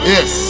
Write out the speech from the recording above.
Yes